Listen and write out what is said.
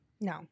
No